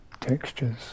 textures